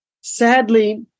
sadly